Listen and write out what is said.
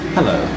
Hello